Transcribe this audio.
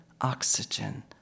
oxygen